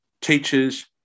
teachers